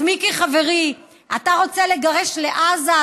אז מיקי, חברי, אתה רוצה לגרש לעזה?